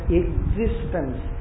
existence